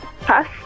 Pass